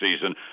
season